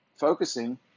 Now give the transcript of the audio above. focusing